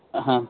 ہاں